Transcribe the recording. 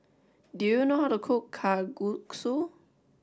do you know how to cook Kalguksu